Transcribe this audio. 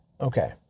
Okay